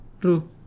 True